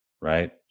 right